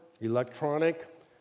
electronic